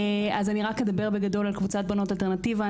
אני אדבר בגדול על קבוצת בונות אלטרנטיבה.